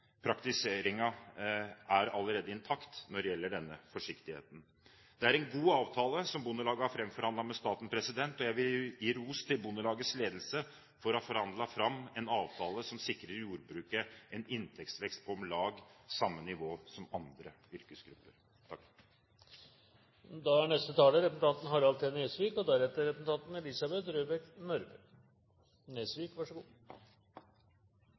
at praktiseringen allerede er intakt når det gjelder denne forsiktigheten. Det er en god avtale som Bondelaget har framforhandlet med staten. Jeg vil gi ros til Bondelagets ledelse for å ha forhandlet fram en avtale som sikrer jordbruket en inntektsvekst på om lag samme nivå som andre yrkesgrupper.